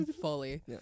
fully